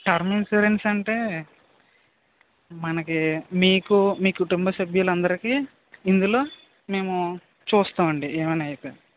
term insurance అంటే మనకి మీకు మీ కుటుంబ సభ్యులు అందరికీ ఇందులో మేము చూస్తాము అండి ఏమైనా అయితే